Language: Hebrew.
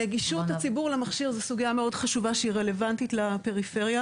נגישות הציבור למכשיר זו סוגייה מאוד חשובה שהיא רלוונטית לפריפריה,